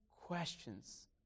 questions